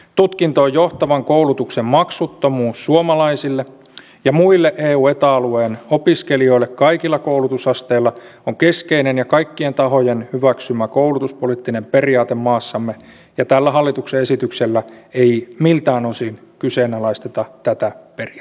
tutkintoon johtavan koulutuksen maksuttomuus suomalaisille ja muille eu ja eta alueen opiskelijoille kaikilla koulutusasteilla on keskeinen ja kaikkien tahojen hyväksymä koulutuspoliittinen periaate maassamme ja tällä hallituksen esityksellä ei miltään osin kyseenalaisteta tätä periaatetta